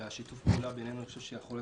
אני חושב ששיתוף הפעולה בינינו יכול להיות